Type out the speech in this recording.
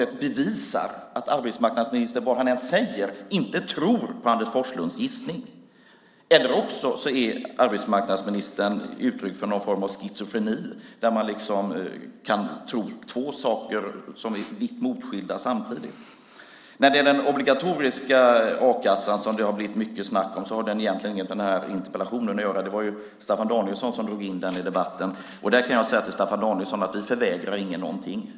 Det bevisar att arbetsmarknadsministern vad han än säger inte tror på Anders Forslunds gissning. Annars ger arbetsmarknadsministern uttryck för någon form av schizofreni där man kan tro på två motsatta saker samtidigt. Den obligatoriska a-kassan, som det har blivit mycket snack om, har egentligen inget med den här interpellationen att göra. Det var Staffan Danielsson som drog in den i debatten. Till Staffan Danielsson kan jag säga: Vi förvägrar ingen något.